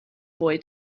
boy